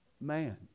man